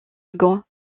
second